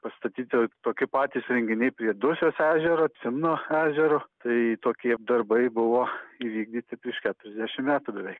pastatyta tokie patys renginiai prie dusios ežero simno ežero tai tokie darbai buvo įvykdyti prieš keturiasdešim metų beveik